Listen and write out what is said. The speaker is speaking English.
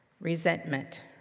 Resentment